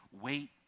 wait